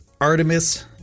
Artemis